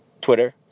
Twitter